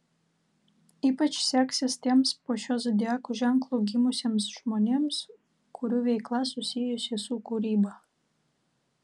ypač seksis tiems po šiuo zodiako ženklu gimusiems žmonėms kurių veikla susijusi su kūryba